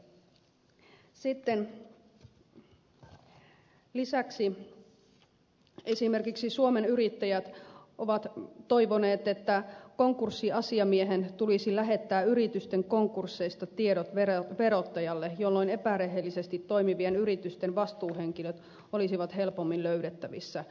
lisäksi esimerkiksi suomen yrittäjät ovat toivoneet että konkurssiasiamiehen tulisi lähettää yritysten konkursseista tiedot verottajalle jolloin epärehellisesti toimivien yritysten vastuuhenkilöt olisivat helpommin löydettävissä